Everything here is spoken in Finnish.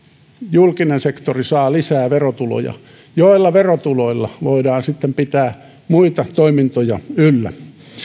julkinen sektori saa lisää verotuloja joilla verotuloilla voidaan sitten pitää muita toimintoja yllä